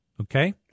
Okay